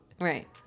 Right